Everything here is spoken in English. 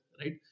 right